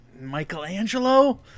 Michelangelo